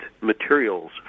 materials